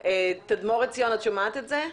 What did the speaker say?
תדמור עציון, את שומעת את זה?